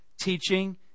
teaching